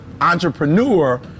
entrepreneur